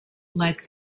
like